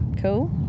Cool